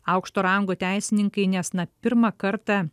aukšto rango teisininkai nes na pirmą kartą